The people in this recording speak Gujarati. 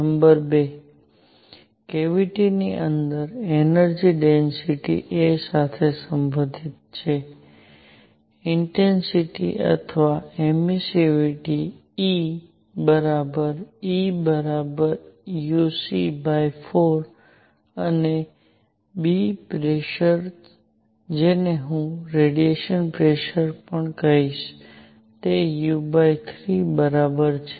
નંબર 2 કેવીટીની અંદર એનર્જિ ડેન્સિટિ a સાથે સંબંધિત છે ઇન્ટેન્સિટી અથવા એમિસ્સીવીટી E બરાબર Euc4 અને b પ્રેસર જેને હું રેડિયેશન પ્રેસર પણ કહીશ તે u3 બરાબર છે